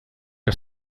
que